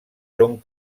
són